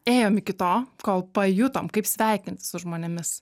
ėjom iki to kol pajutom kaip sveikintis su žmonėmis